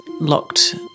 locked